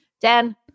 Dan